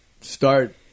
start